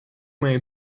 моей